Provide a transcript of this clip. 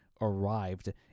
arrived